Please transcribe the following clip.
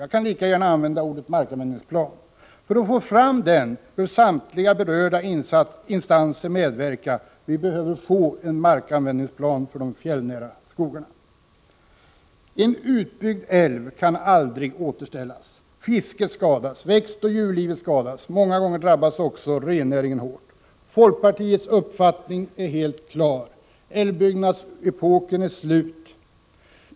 Jag kan lika gärna använda ordet markanvändningsplan. För att få fram en sådan bör samtliga berörda instanser medverka. Vi behöver en markanvändningsplan för de fjällnära skogarna. En utbyggd älv kan aldrig återställas. Fisket skadas, växtoch djurlivet skadas. Många gånger drabbas också rennäringen hårt. Folkpartiets uppfatt ning är helt klar: Älvutbyggnadsepoken är slut.